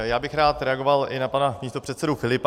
Já bych rád reagoval i na pana místopředsedu Filipa.